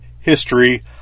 history